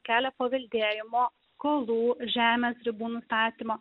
kelia paveldėjimo skolų žemės ribų nustatymo